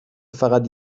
فقط